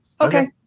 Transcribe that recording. Okay